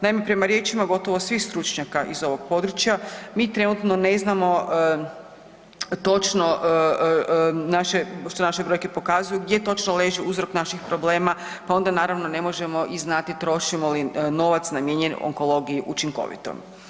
Naime, prema riječima gotovo svih stručnjaka iz ovog područja mi trenutno ne znamo točno što naše brojke pokazuju gdje točno leži uzrok naših problema, pa onda naravno ne možemo i znati trošimo li novac namijenjen onkologiju učinkovito.